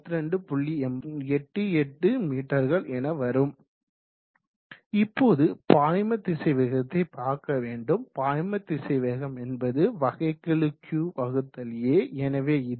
88 மீட்டர்கள் என வரும் இப்போது பாய்ம திசைவேகத்தை பார்க்க வேண்டும் பாய்ம திசைவேகம் என்பது வகைக்கெழுQ வகுத்தல் A எனவே இது 3